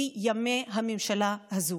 היא ימי הממשלה הזאת.